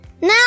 Now